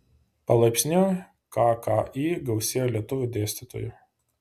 palaipsniui kki gausėjo lietuvių dėstytojų